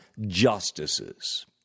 justices